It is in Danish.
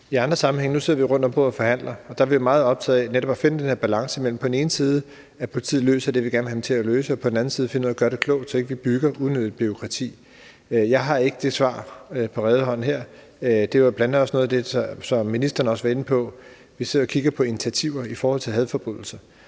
for når vi nu sidder rundt om bordet og forhandler, er vi meget optaget af netop at finde den her balance mellem på den ene side, at politiet løser det, vi gerne vil have dem til at løse, og på den anden side, at vi finder ud af at gøre det klogt, så vi ikke bygger unødigt bureaukrati. Jeg har ikke det svar på rede hånd her. Det var bl.a. noget af det, som ministeren også var inde på. Vi sidder og kigger på initiativer i forhold til hadforbrydelser,